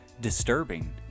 disturbing